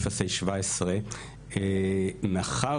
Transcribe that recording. בעניין טפסי 17. מאחר